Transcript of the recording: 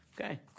Okay